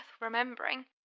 remembering